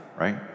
right